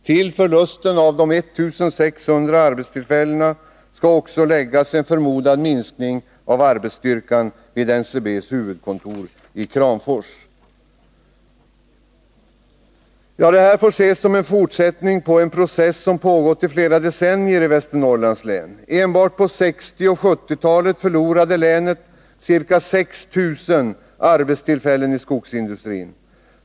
Till förlusten av de 1 600 arbetstillfällena skall också läggas en förmodad minskning av arbetsstyrkan vid NCB:s huvudkontor i Kramfors. Detta får ses som en fortsättning på en process som pågått i flera decennier i Västernorrlands län. Enbart på 1960 och 1970-talen förlorade länet ca 6 000 arbetstillfällen i skogsindustrin.